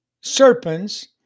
serpents